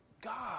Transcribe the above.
God